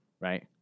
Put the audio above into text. right